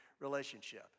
relationship